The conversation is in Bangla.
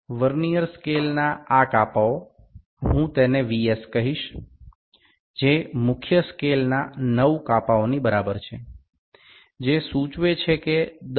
ভার্নিয়ার স্কেলের এই ১০ টি বিভাজন ভার্নিয়ার স্কেলের ১০ বিভাগগুলি কে আমি VS বলব এটি মূল স্কেলের ৯ টি ভাগের সমান